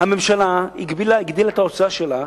הממשלה הגדילה את ההוצאה שלה,